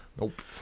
Nope